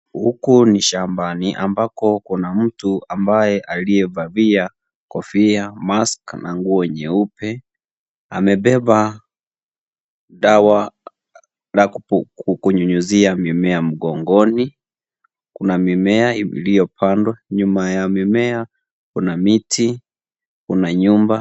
Huku ni shambani ambako kuna mtu ambaye aliyevalia kofia ,maski na nguo nyeupe. Amebeba dawa ya kunyunyzia mimea mkongoni . Kuna mimea iliyopandwa juu, nyuma ya mimea kuna miti, kuna nyumba.